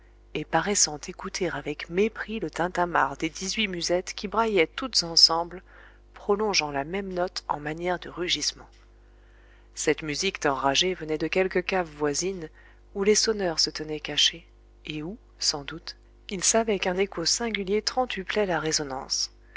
et paraissant écouter avec mépris le tintamarre des dix-huit musettes qui braillaient toutes ensemble prolongeant la même note en manière de rugissement cette musique d'enragés venait de quelque cave voisine où les sonneurs se tenaient cachés et où sans doute ils savaient qu'un écho singulier trentuplait la résonnance